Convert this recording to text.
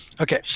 Okay